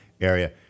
area